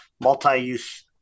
multi-use